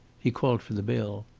he called for the bill.